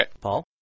Paul